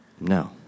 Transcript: No